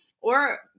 Or-